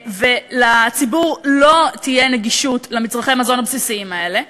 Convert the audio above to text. ולציבור לא תהיה נגישות למצרכי המזון הבסיסיים האלה,